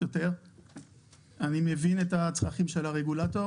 אני מבין את הצרכים של הרגולטור